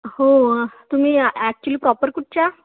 हो तुम्ही actually proper कुठच्या